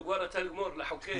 הוא כבר רצה לגמור לחוקק.